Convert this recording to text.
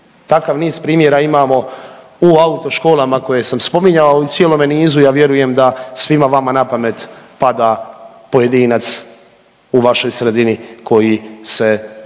Takav niz primjera imamo u autoškolama koje sam spominjao i u cijelome nizu ja vjerujem da svima vama na pamet pada pojedinac u vašoj sredini koji se evo